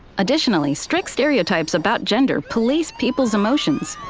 additionally, strict stereotypes about gender police people's emotions.